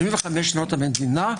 75 שנות המדינה,